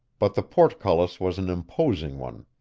but the portcullis was an imposing one.